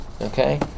Okay